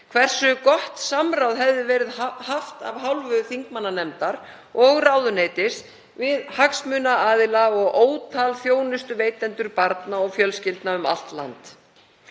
hversu gott samráð hefði verið haft af hálfu þingmannanefndar og ráðuneytis við hagsmunaaðila og ótal þjónustuveitendur barna og fjölskyldna um allt land.